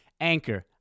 Anchor